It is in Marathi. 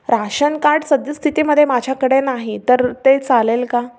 राशन कार्ड सद्यस्थितीमध्ये माझ्याकडे नाही तर ते चालेल का